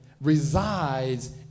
resides